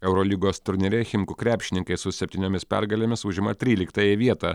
eurolygos turnyre chimku krepšininkai su septyniomis pergalėmis užima tryliktąją vietą